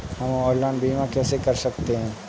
हम ऑनलाइन बीमा कैसे कर सकते हैं?